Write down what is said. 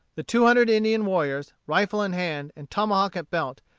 the two hundred indian warriors, rifle in hand and tomahawk at belt,